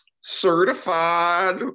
Certified